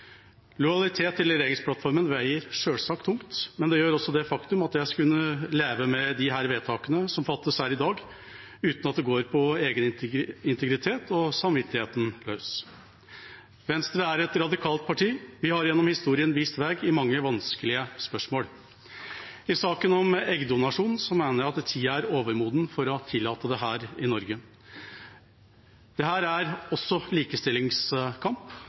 Lojalitet til regjeringsplattformen veier selvsagt tungt, men det gjør også det faktum at jeg skal kunne leve med disse vedtakene som fattes her i dag, uten at det går på egen integritet og samvittighet løs. Venstre er et radikalt parti. Vi har gjennom historien vist vei i mange vanskelige spørsmål. I saken om eggdonasjon mener jeg at tida er overmoden for å tillate dette i Norge. Dette er også en likestillingskamp